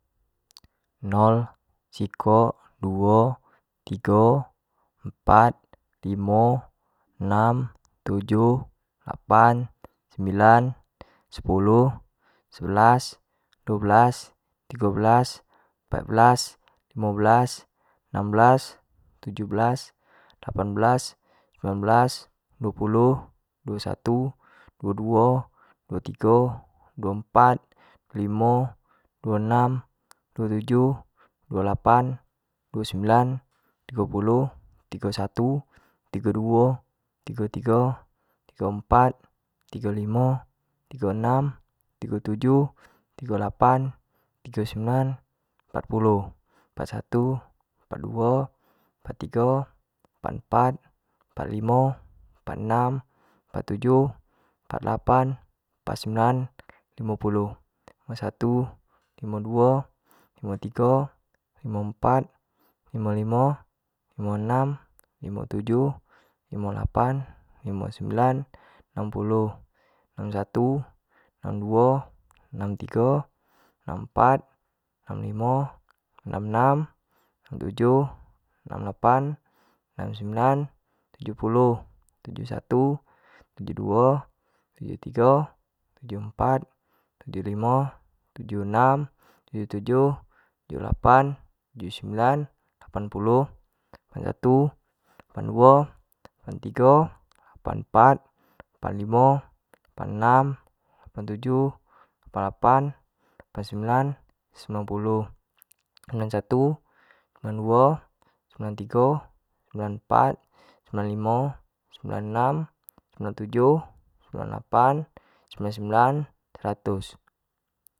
Nol, sekok, duo, tigo, empat, limo, enam, tujuh, lapan, sembilan, sepuluh, sebelas, duo belas, tigo belas, empek belas, limo belas, enam belas, tujuh belas, lapan belas, sembilan belas, duo puluh, duo satu, duo duo, duo tigo, duo empat, duo limo, duo enam, duo tujuh, duo lapan, duo sembilan, tigo puluh, tigo satu, tigo duo, tigo-tigo, tigo empat, tigo limo, tigo enam, tigo tujuh, tigo lapan, tigo sembilan, empat puluh, empat satu, empat duo, empat tigo, empat empat, empat limo, empat enam, empat tujuh, empat lapan, empat sembilan, limo puluh, limo satu, limo duo, limo tigo, limo empat, limo limo, limo enam, limo tujuh, limo lapan, limo sembilan, enam puluh, enam satu, enam duo, enam tigo, enam empat, enam limo, enam enam, enam tujuh, enam lapan, enam sembilan, tujuh puluh, tujuh satu, tujuh dua, tujuh tiga, tujuh empat, tujuh limo, tujuh enah, tujuh tujuh. tujuh lapan, tujuh sembilan, lapan puluh, lapan satu, alapan duo, lapantigo, lapan empat, lapan limo, lapan enam, lapantujuh, lapan-lapan, lapan sembilan, sembilan puluh, sembilan satu, sembilan duo, sembilan tigo, sembilan empat, sembilan limo, sembilan enam, sembilan tujuh, sembilan lapan, sembilan sembilan, seratus.